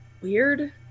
...weird